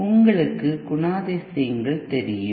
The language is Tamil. உங்களுக்கு குணாதிசயங்கள் தெரியும்